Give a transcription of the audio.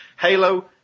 Halo